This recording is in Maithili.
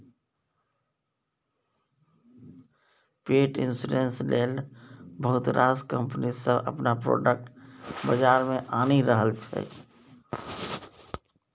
पेट इन्स्योरेन्स लेल बहुत रास कंपनी सब अपन प्रोडक्ट बजार मे आनि रहल छै